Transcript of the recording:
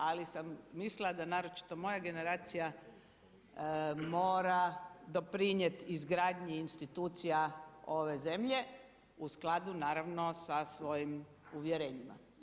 Ali sam mislila da naročito moja generacija mora doprinijeti izgradnji institucija ove zemlje u skladu naravno sa svojim uvjerenjima.